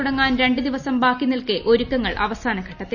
തുടങ്ങാൻ രണ്ടു ദിവസം ബാക്കി നിൽക്കെ ഒരുക്കങ്ങൾ അവസാനഘട്ടത്തിൽ